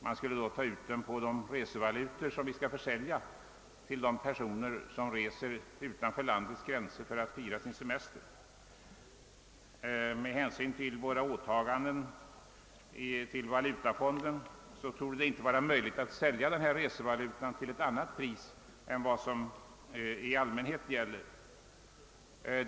Man skulle då ta ut skatten på de resevalutor som vi skall sälja till personer som reser utanför landets sränser för att fira sin semester. Med hänsyn till våra åtaganden gentemot Internationella valutafonden torde det inte vara möjligt att sälja denna resevaluta till ett annat pris än det som i allmänhet gäller.